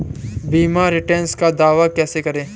बीमा रिटर्न का दावा कैसे करें?